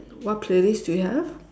what playlist do you have